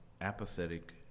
apathetic